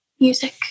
music